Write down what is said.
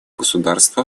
государства